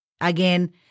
Again